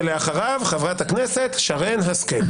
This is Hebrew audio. ואחריו, חברת הכנסת שרן השכל.